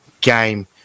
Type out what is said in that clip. game